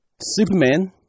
Superman